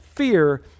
Fear